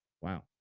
Wow